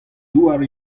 douar